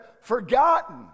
forgotten